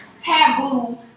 taboo